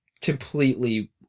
completely